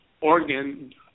Oregon